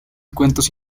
cuentos